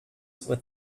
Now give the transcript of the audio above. with